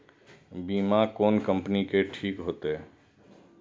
बीमा कोन कम्पनी के ठीक होते?